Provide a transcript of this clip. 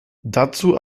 dazu